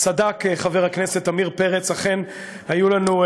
צדק חבר הכנסת עמיר פרץ: אכן היו לנו,